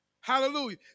Hallelujah